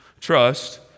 trust